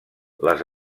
les